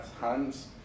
hands